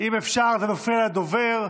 אם אפשר, זה מפריע לדובר.